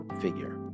figure